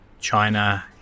China